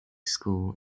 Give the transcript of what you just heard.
school